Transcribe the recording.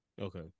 Okay